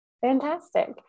Fantastic